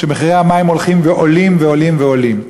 שמחירי המים הולכים ועולים ועולים ועולים.